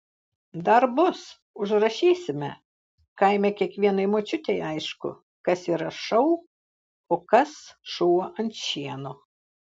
dar bus užrašysime kaime kiekvienai močiutei aišku kas yra šou o kas šuo ant šieno